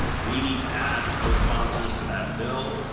we need to add co-sponsors to that bill.